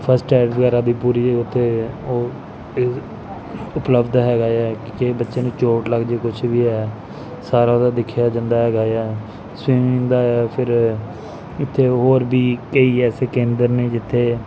first aid ਵਗੈਰਾ ਦੀ ਪੂਰੀ ਉੱਥੇ ਉਹ ਅ ਉਪਲਬਧ ਹੈਗਾ ਆ ਕਿ ਬੱਚਿਆਂ ਨੂੰ ਚੋਟ ਲੱਗ ਜੇ ਕੁਛ ਵੀ ਹੈ ਸਾਰਾ ਉਹਦਾ ਦੇਖਿਆ ਜਾਂਦਾ ਹੈਗਾ ਆ ਸਵੀਮਿੰਗ ਦਾ ਹੈ ਫਿਰ ਇੱਥੇ ਹੋਰ ਵੀ ਕਈ ਐਸੇ ਕੇਂਦਰ ਨੇ ਜਿੱਥੇ